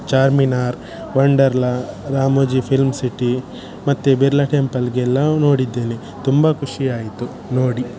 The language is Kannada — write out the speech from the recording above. ಚಾರ್ಮಿನಾರ್ ವಂಡರ್ಲಾ ರಾಮೋಜಿ ಫಿಲ್ಮ್ ಸಿಟಿ ಮತ್ತು ಬಿರ್ಲಾ ಟೆಂಪಲ್ಗೆಲ್ಲ ನೋಡಿದ್ದೇನೆ ತುಂಬ ಖುಷಿಯಾಯಿತು ನೋಡಿ